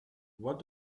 what